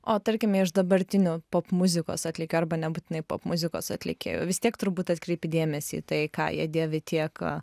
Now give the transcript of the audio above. o tarkime iš dabartinių popmuzikos atlikėjų arba nebūtinai popmuzikos atlikėjų vis tiek turbūt atkreipi dėmesį į tai ką jie dėvi tiek